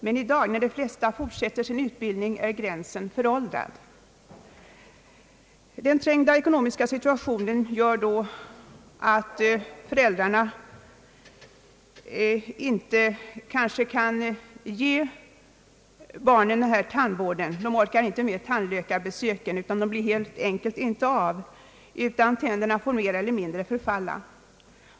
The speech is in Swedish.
Men i dag, när de flesta fortsätter sin utbildning, är gränsen föråldrad. Den trängda ekonomiska situation som många föräldrar befinner sig i när barnen är i övre tonåren gör att det många gånger är tandläkarbesöken som ej blir av, utan tänderna får mer eller mindre förfalla.